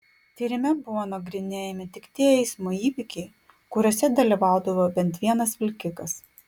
tyrime buvo nagrinėjami tik tie eismo įvykiai kuriuose dalyvaudavo bent vienas vilkikas